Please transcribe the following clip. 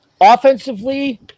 Offensively